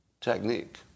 technique